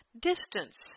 distance